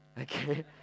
okay